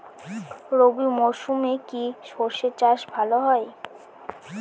রবি মরশুমে কি সর্ষে চাষ ভালো হয়?